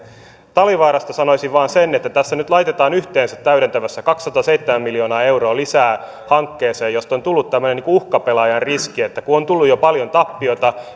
talvivaarasta sanoisin vain sen että tässä täydentävässä nyt laitetaan yhteensä kaksisataaseitsemän miljoonaa euroa lisää hankkeeseen josta on tullut tämmöinen niin kuin uhkapelaajan riski että kun on tullut jo paljon tappiota